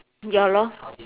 ya lor